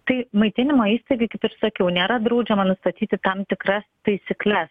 tai maitinimo įstaigai kaip ir sakiau nėra draudžiama nustatyti tam tikra taisykles